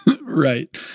Right